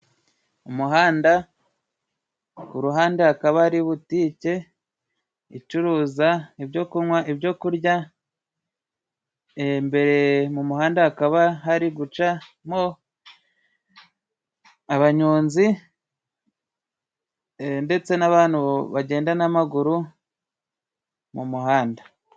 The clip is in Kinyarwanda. Umuhanda kuruhande hakaba ari butike icuruza ibyo kunywa ,ibyo kurya imbere mu muhanda hakaba hari gucamo abanyonzi ndetse n' abantu bagenda n'amaguru mu muhanda.